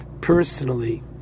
personally